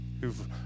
who've